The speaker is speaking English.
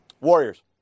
Warriors